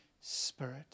Spirit